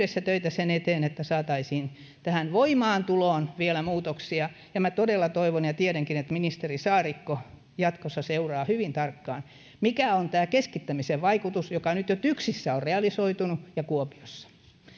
nyt yhdessä töitä sen eteen että saataisiin tähän voimaantuloon vielä muutoksia minä todella toivon ja tiedänkin että ministeri saarikko jatkossa seuraa hyvin tarkkaan mikä on keskittämisen vaikutus joka nyt jo tyksissä on realisoitunut ja kuopiossa